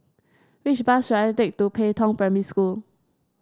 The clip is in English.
which bus should I take to Pei Tong Primary School